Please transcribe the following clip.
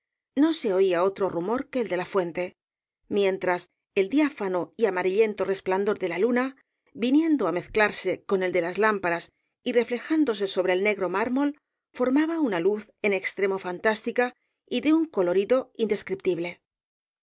no se oía otro rumor que el de la fuente mientras el diáfano y amarillento resplandor de la luna viniendo á mezclarse con el de las lámparas y reflejándose sobre el negro mármol formaba una luz en extremo fantástica y de un colorido indescriptiel